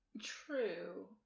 True